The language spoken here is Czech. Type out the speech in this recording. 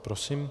Prosím.